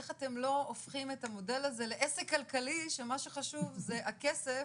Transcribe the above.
איך אתם לא הופכים את המודל הזה לעסק כלכלי שמה שחשוב זה הכסף